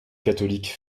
catholiques